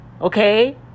Okay